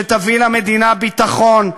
שתביא למדינה ביטחון,